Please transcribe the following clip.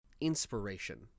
inspiration